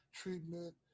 treatment